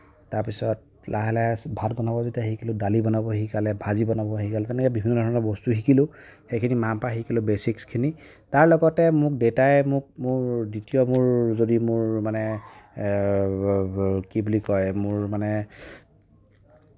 তাৰপিছত লাহে লাহে ভাত বনাব যেতিয়া শিকিলোঁ দালি বনাব শিকালে ভাজি বনাব শিকালে তেনেকে বিভিন্ন ধৰণৰ বস্তু শিকিলোঁ সেইখিনি মাৰ পৰা শিকিলোঁ বেছিকছ্খিনি তাৰ লগতে মোক দেতাই মোক মোৰ দ্বিতীয় মোৰ যদি মোৰ মানে কি বুলি কয় মোৰ মানে